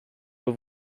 have